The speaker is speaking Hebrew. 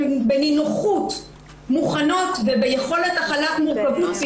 בנינוחות מוכנות וביכולת הכלת מורכבות,